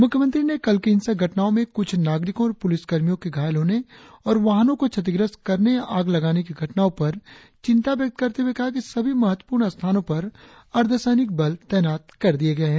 मुख्यमंत्री ने कल की हिंसक घटनाओं में कुछ नागरिकों और पुलिसकर्मियों के घायल होने और वाहनों को क्षतिग्रस्त करने या आग लगाने की घटनाओं पर चिंता व्यक्त करते हुए कहा कि सभी महत्वपूर्ण स्थानों पर अर्धसैनिक बल तैनात कर दिये गए हैं